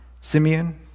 Simeon